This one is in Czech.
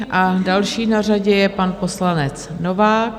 A další na řadě je pan poslanec Novák.